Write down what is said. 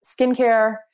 skincare